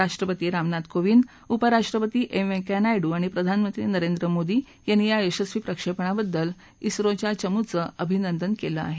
रराष्ट्रपती रामनाथ कोविंदउपराष्ट्रपती एम वैंकय्या नायडू आणि प्रधानमंत्री नरेंद्र मोदी या यशस्वी प्रक्षेपणाबद्दल सोच्या चमूचं अभिनंदन केलं आहे